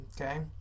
Okay